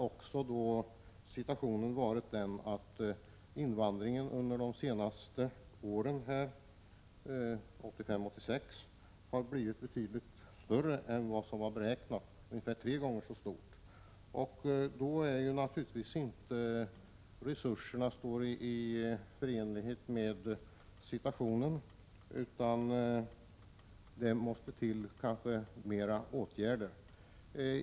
Och invandringen har ju under de senaste åren, 1985 och 1986, blivit ungefär tre gånger så stor som beräknat. I den situationen räcker naturligtvis inte resurserna till, utan ytterligare åtgärder måste till.